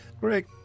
Greg